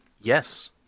Yes